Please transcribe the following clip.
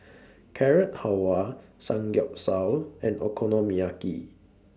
Carrot Halwa Samgeyopsal and Okonomiyaki